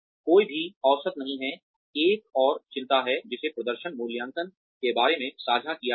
कोई भी औसत नहीं है एक और चिंता है जिसे प्रदर्शन मूल्यांकन के बारे में साझा किया गया है